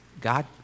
God